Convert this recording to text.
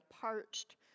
parched